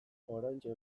oraintxe